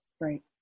right